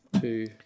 two